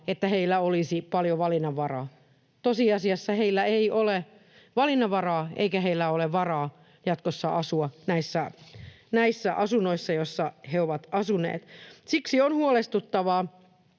että heillä olisi paljon valinnanvaraa. Tosiasiassa heillä ei ole valinnanvaraa, eikä heillä ole varaa jatkossa asua näissä asunnoissa, joissa he ovat asuneet. Siksi on huolestuttavaa,